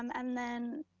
um and then